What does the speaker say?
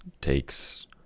takes